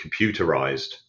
computerized